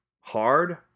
Hard